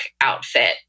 outfit